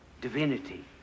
Divinity